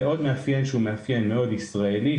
ועוד מאפיין שהוא מאפיין מאוד ישראלי,